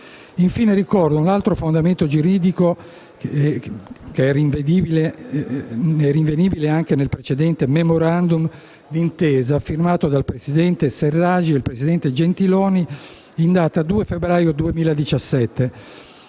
Infine, ricordo che un altro fondamento giuridico è rinvenibile nel precedente *memorandum* d'intesa firmato dal presidente al-Serraj e dal presidente Gentiloni in data 2 febbraio 2017,